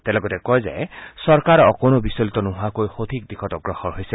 তেওঁ লগতে কয় যে চৰকাৰ অকণো বিচলিত নোহোৱাকৈ সঠিক দিশত অগ্ৰসৰ হৈছে